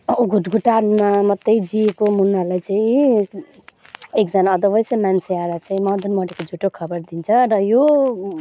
घुटघुटानमा मात्रै जिएको मुनालाई चाहिँ एकजना अधबैँसे मान्छे आएर चाहिँ मदन मरेको झुठो खबर दिन्छ र यो